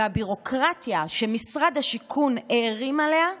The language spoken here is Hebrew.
הביורוקרטיה שמשרד השיכון הערים עליה,